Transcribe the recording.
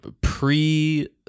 pre